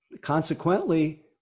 consequently